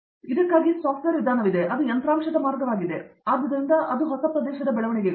ದೀಪಾ ವೆಂಕಟೇಶ್ ಹಾಗಾಗಿ ಇದಕ್ಕಾಗಿ ಸಾಫ್ಟ್ವೇರ್ ವಿಧಾನವಿದೆ ಅದು ಯಂತ್ರಾಂಶದ ಮಾರ್ಗವಾಗಿದೆ ಆದುದರಿಂದ ಆ ಪ್ರದೇಶದ ಬೆಳವಣಿಗೆಗಳು